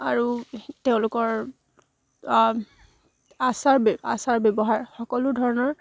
আৰু তেওঁলোকৰ আচাৰ বে আচাৰ ব্যৱহাৰ সকলো ধৰণৰ